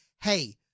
hey